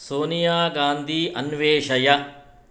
सोनियागान्धीम् अन्वेषय